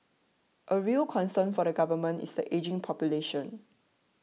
a real concern for the Government is the ageing population